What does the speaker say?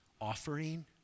offering